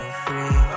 free